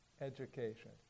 Education